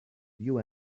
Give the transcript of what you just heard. you